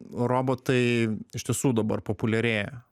robotai iš tiesų dabar populiarėja